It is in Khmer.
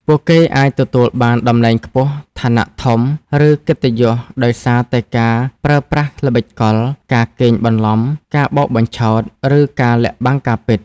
ពួកគេអាចទទួលបានតំណែងខ្ពស់ ឋានៈធំ ឬកិត្តិយសដោយសារតែការប្រើប្រាស់ល្បិចកល ការកេងបន្លំ ការបោកបញ្ឆោត ឬការលាក់បាំងការពិត។